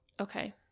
okay